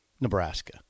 Nebraska